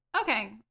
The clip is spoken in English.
okay